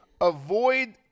avoid